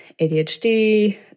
ADHD